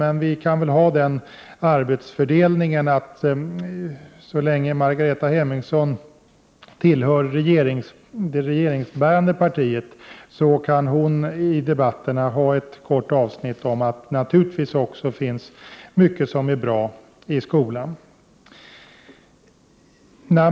Men vi kan väl ha den arbetsfördelningen att Margareta Hemmingsson, så länge hon tillhör det regeringsbärande partiet, kan ta med ett kort avsnitt i debatterna om att det naturligtvis också finns mycket som är bra i skolan.